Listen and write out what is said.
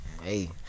Hey